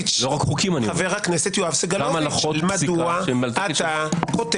על חוק-יסוד: משאל עם, שהוא כן משוריין.